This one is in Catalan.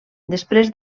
després